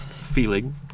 feeling